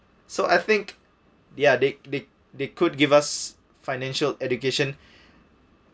so I think ya they they they could give us financial education